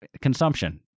consumption